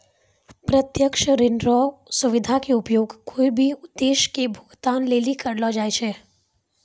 प्रत्यक्ष ऋण रो सुविधा के उपयोग कोय भी उद्देश्य के भुगतान लेली करलो जाय छै